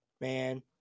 man